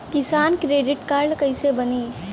किसान credit card कइसे बानी?